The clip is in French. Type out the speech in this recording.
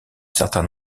certain